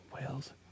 Whales